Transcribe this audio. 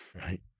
right